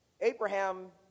Abraham